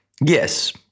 Yes